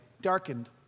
Darkened